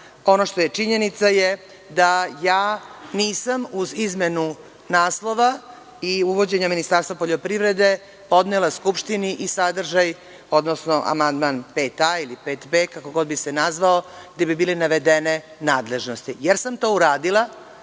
Ono što je činjenica jeste da ja nisam uz izmenu naslova i uvođenja Ministarstva poljoprivrede podnela Skupštini i sadržaj, odnosno amandman 5a ili 5b, kako god bi se nazvao, gde bi bili navedene nadležnosti. To sam uradila